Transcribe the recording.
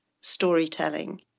storytelling